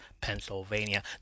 Pennsylvania